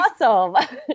awesome